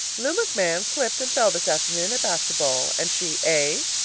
lou mcmahon slipped and fell this afternoon at basket ball, and she a.